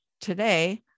Today